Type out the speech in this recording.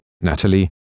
Natalie